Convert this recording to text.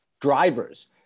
drivers